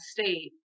state